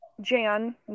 Jan